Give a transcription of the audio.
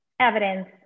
evidence